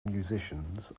musicians